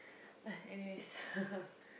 ah anyways